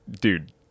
dude